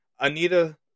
Anita